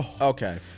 Okay